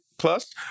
Plus